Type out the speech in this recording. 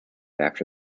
after